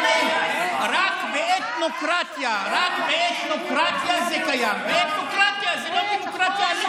באוסטרליה ביטלו אזרחות לפעילי